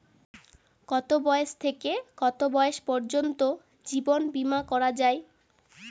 কতো বয়স থেকে কত বয়স পর্যন্ত জীবন বিমা করা যায়?